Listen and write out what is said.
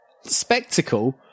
spectacle